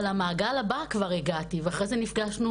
אבל המעגל הבא כבר הגעתי ואחרי זה נפגשנו